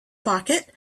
pocket